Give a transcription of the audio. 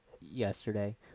yesterday